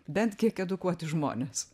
bent kiek edukuoti žmonės